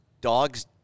dogs